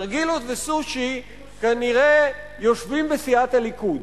נרגילות וסושי, כנראה יושבים בסיעת הליכוד.